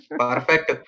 perfect